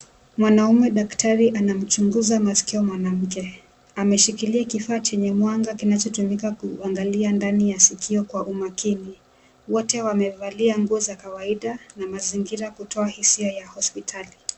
Mwanaume daktari anamchunguza maskio mwanamke, ameshikilia kifaa chenye mwanga kinachotumika kuangalia ndani ya sikio kwa umakini. Wote wamevalia nguo za kawaida na mazingira kutoa hisia ya hospitali.